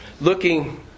looking